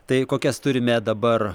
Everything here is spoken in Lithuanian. tai kokias turime dabar